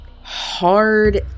hard